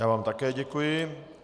Já vám také děkuji.